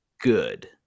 good